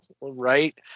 Right